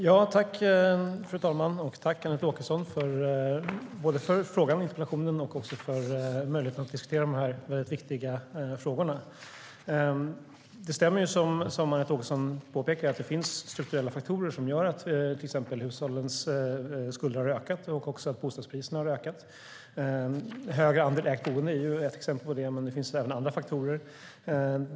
Fru talman! Tack, Anette Åkesson, både för interpellationen och för möjligheten att diskutera de här viktiga frågorna! Det stämmer, som Anette Åkesson säger, att det finns strukturella faktorer som gjort att hushållens skulder och bostadspriserna ökat. En stor andel ägt boende är ett exempel på det, men det finns även andra faktorer.